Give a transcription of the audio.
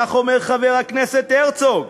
כך אומר חבר הכנסת הרצוג,